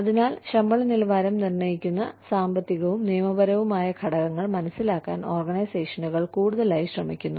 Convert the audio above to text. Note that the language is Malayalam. അതിനാൽ ശമ്പള നിലവാരം നിർണ്ണയിക്കുന്ന സാമ്പത്തികവും നിയമപരവുമായ ഘടകങ്ങൾ മനസിലാക്കാൻ ഓർഗനൈസേഷനുകൾ കൂടുതലായി ശ്രമിക്കുന്നു